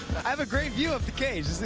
i have a great view of the cage.